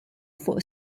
fuq